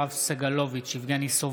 אינו נוכח יואב סגלוביץ' אינו נוכח יבגני סובה,